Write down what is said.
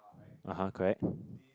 (uh huh) correct